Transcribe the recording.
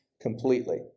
completely